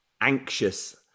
anxious